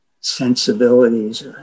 sensibilities